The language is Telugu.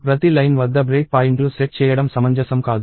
ప్రతి లైన్ వద్ద బ్రేక్ పాయింట్లు సెట్ చేయడం సమంజసం కాదు